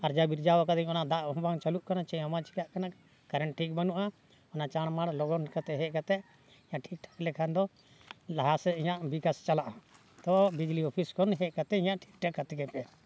ᱟᱨᱡᱟᱣ ᱵᱤᱨᱡᱟᱹᱣ ᱟᱠᱟᱫᱟᱹᱧ ᱚᱱᱟ ᱫᱟᱜ ᱦᱚᱸ ᱵᱟᱝ ᱪᱟᱹᱞᱩᱜ ᱠᱟᱱᱟ ᱪᱮᱫ ᱦᱚᱸ ᱵᱟᱝ ᱪᱤᱠᱟᱹᱜ ᱠᱟᱱᱟ ᱠᱟᱨᱮᱱᱴ ᱴᱷᱤᱠ ᱵᱟᱹᱱᱩᱜᱼᱟ ᱚᱱᱟ ᱪᱟᱬ ᱢᱟᱲ ᱞᱚᱜᱚᱱ ᱠᱟᱛᱮᱫ ᱦᱮᱡ ᱠᱟᱛᱮᱫ ᱴᱷᱤᱠ ᱴᱷᱟᱠ ᱞᱮᱠᱷᱟᱱ ᱫᱚ ᱞᱟᱦᱟ ᱥᱮᱫ ᱤᱧᱟᱹᱜ ᱵᱤᱠᱟᱥ ᱪᱟᱞᱟᱜᱼᱟ ᱛᱚ ᱵᱤᱡᱽᱞᱤ ᱚᱯᱷᱤᱥ ᱠᱷᱚᱱ ᱦᱮᱡ ᱠᱟᱛᱮᱫ ᱤᱧᱟᱹᱜ ᱴᱷᱤᱠ ᱴᱷᱟᱠ ᱠᱟᱛᱤᱧᱟᱯᱮ